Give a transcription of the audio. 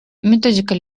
методика